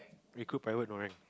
recruit private no right